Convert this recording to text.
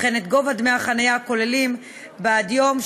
וכן את גובה דמי החניה הכוללים בעד יום,